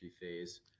phase